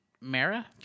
Mara